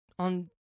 on